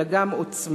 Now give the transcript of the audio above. אלא גם עוצמה.